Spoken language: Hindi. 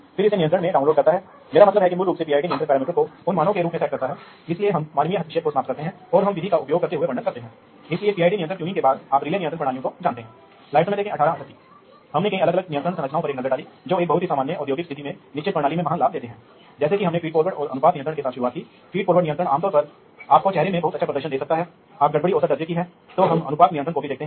तो फिर डेटा उपलब्धता को बढ़ाएं हमने पहले ही उनके बारे में बात की है इसलिए आप वास्तव में इस नेटवर्क के कारण हो सकते हैं जो आपके पास है आप वास्तव में बड़ी मात्रा में उपकरणों से डेटा का आदान प्रदान कर सकते हैं और फिर बड़ा हो सकता है बड़े पैमाने पर समन्वय कर सकते हैं क्षेत्रों आप निगरानी कर सकते हैं आप पूरी उत्पादन प्रक्रिया अनुकूलन कर सकते हैं